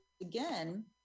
again